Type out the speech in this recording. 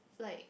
like